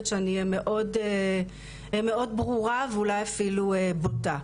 שאני אהיה מאוד ברורה ואולי אפילו בוטה.